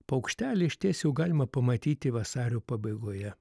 paukštelį išties jau galima pamatyti vasario pabaigoje